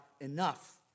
enough